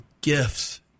gifts